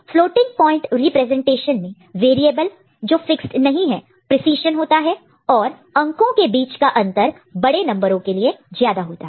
floating point representation में variable जो fix नहीं है प्रीसिज़न होता है और नंबरस के बीच का अंतर गेप gap बड़े नंबरों के लिए ज्यादा होता है